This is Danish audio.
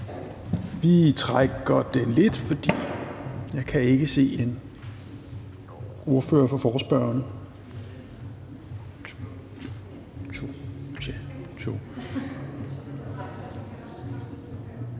Vi trækker den lidt, for jeg kan ikke se en ordfører for forespørgerne.